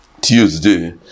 Tuesday